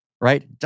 right